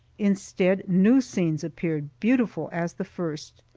instead, new scenes appeared, beautiful as the first.